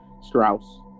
Strauss